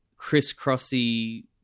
crisscrossy